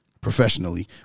professionally